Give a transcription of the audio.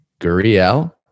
Guriel